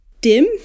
dim